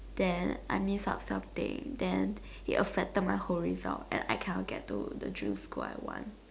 then I miss out something then it affected my whole result and I cannot get into the dream school I want